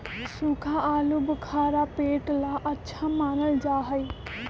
सूखा आलूबुखारा पेट ला अच्छा मानल जा हई